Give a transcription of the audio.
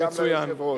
גם ליושב-ראש.